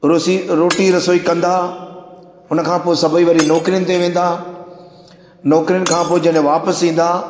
Rossi रोटी रसोई कंदा हुन खां पोइ सभई वरी नौकिरियुनि ते वेंदा नौकिरियुनि खां पोइ जॾहिं वापसि ईंदा